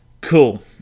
cool